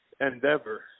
endeavor